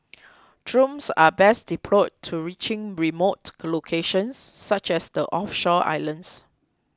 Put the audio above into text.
drones are best deployed to reaching remote locations such as the offshore islands